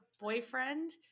boyfriend